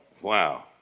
wow